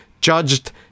judged